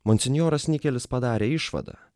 monsinjoras nikelis padarė išvadą